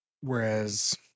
Whereas